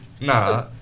Nah